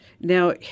now